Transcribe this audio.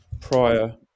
prior